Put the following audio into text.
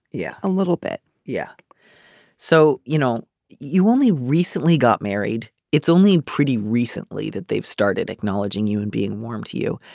yeah a little bit yeah so you know you only recently got married. it's only pretty recently that they've started acknowledging you and being warm to you.